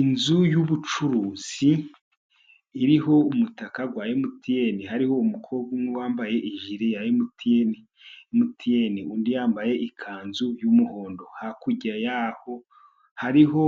Inzu y'Ubucuruzi iriho umutaka wa MTN, hariho umukobwa umwe wambaye jire ya MTN undi yambaye ikanzu y'umuhondo. Hakurya yaho hariho